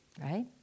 Right